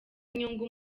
inyungu